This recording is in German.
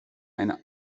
eine